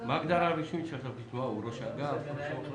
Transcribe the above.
הוא ראש אגף?